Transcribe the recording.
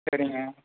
சரிங்க